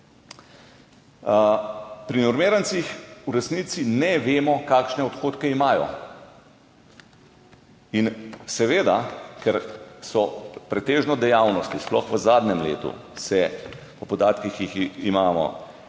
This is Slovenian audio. Pri normirancih v resnici ne vemo, kakšne odhodke imajo, in seveda, ker so pretežno dejavnosti, sploh v zadnjem letu se po podatkih, ki jih imamo,